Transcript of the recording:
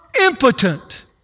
impotent